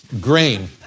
grain